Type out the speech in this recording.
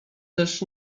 też